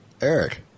Eric